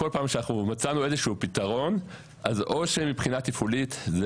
כל פעם שמצאנו איזשהו פתרון אז או שמבחינה תפעולית זה